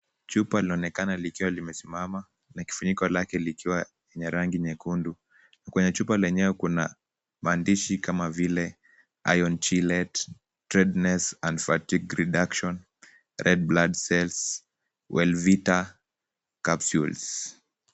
Chupa linaonekana likiwa limesimama na kifuniko lake likiwa na rangi nyekundu. Kwenye chupa lenyewe kuna maandishi kama vile Iron chelate, tiredness and fatigue reduction, red blood cells, wellvita capsules .